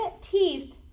teeth